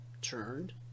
turned